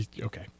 okay